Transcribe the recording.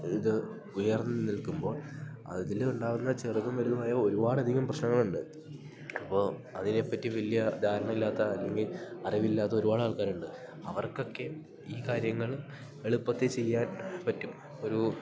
ഇത് ഉയർന്നു നിൽക്കുമ്പോൾ അതിൽ ഉണ്ടാവുന്ന ചെറുതും വലുതുമായ ഒരുപാടധികം പ്രശ്നങ്ങളുണ്ട് അപ്പോൾ അതിനെപ്പറ്റി വലിയ ധാരണയില്ലാത്ത അല്ലെങ്കിൽ അറിവില്ലാത്ത ഒരുപാട് ആൾക്കാരുണ്ട് അവർക്കൊക്കെ ഈ കാര്യങ്ങൾ എളുപ്പത്തിൽ ചെയ്യാൻ പറ്റും ഒരു